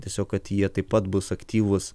tiesiog kad jie taip pat bus aktyvūs